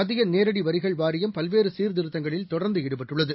மத்தியநேரடிவரிகள் வாரியம் பல்வேறுசீர்திருத்தங்களில் தொடர்ந்துஈடுபட்டுள்ளது